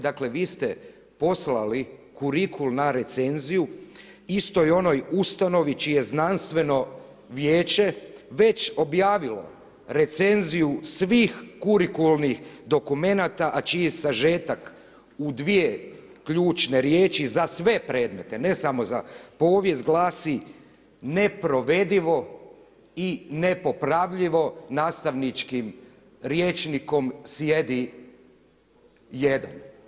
Dakle, vi ste poslali kurikul na recenziju istoj onoj ustanovi čije Znanstveno vijeće već objavilo recenziju svih kurikulnih dokumenata, a čiji sažetak u dvije ključne riječi za sve predmete ne samo za povijest glasi neprovedivo i nepopravljivo nastavničkim rječnikom sjedi jedan.